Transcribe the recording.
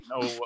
no